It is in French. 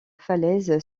falaise